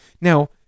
Now